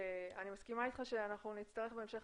אני מסכימה איתך שאנחנו נצטרך בהמשך